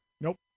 Nope